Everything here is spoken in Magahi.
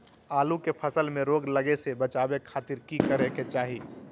आलू के फसल में रोग लगे से बचावे खातिर की करे के चाही?